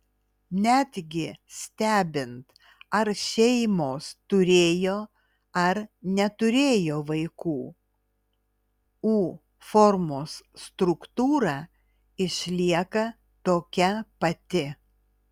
netgi stebint ar šeimos turėjo ar neturėjo vaikų u formos struktūra išlieka tokia pati